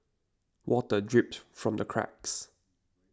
water drips from the cracks